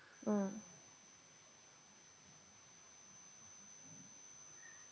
mm